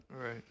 right